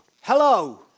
Hello